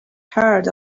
heard